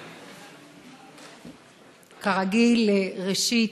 כרגיל, ראשית,